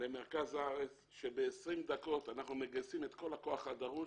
לבין מרכז הארץ שב-20 דקות אנחנו מגייסים את כל הכוח הדרוש